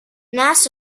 naast